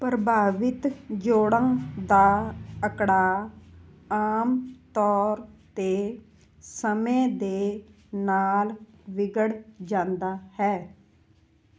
ਪ੍ਰਭਾਵਿਤ ਜੋੜਾਂ ਦਾ ਅਕੜਾਅ ਆਮ ਤੌਰ 'ਤੇ ਸਮੇਂ ਦੇ ਨਾਲ ਵਿਗੜ ਜਾਂਦਾ ਹੈ